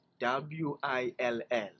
W-I-L-L